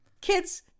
kids